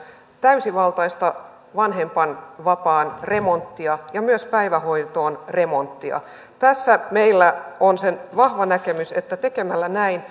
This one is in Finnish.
täysivaltaista vanhempainvapaan remonttia ja myös päivähoitoon remonttia tässä meillä on se vahva näkemys että tekemällä näin